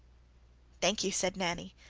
thank you, said nanny.